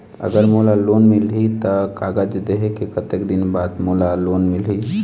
अगर मोला लोन मिलही त कागज देहे के कतेक दिन बाद मोला लोन मिलही?